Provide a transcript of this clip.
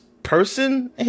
Person